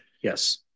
yes